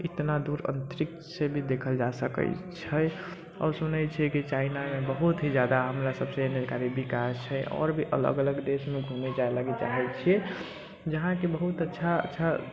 इतना दूर अंतरिक्ष से भी देखल जा सकैत छै आओर सुनैत छी कि चाइनामे बहुत ही जादा हमरा सबसे हिनका विकास छै आओर भी अलग अलग देशमे घूमै जाय लागी चाहैत छी जहाँ कि बहुत अच्छा अच्छा